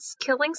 killing